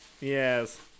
Yes